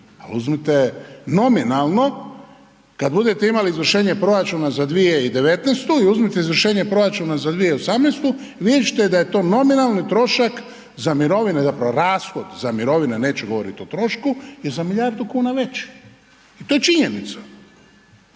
uzmite nominalno kad budete imali izvršenje proračuna za 2019. i uzmite izvršenje proračuna za 2018. i vidjet ćete da je to nominalni trošak za mirovine, zapravo rashod za mirovine, neću govorit o trošku, je za milijardu kuna veći. I to je činjenica,